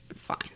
fine